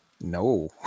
No